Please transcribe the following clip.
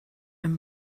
and